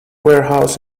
warehouse